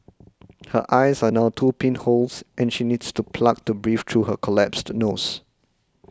her eyes are now two pinholes and she needs to plugs to breathe through her collapsed nose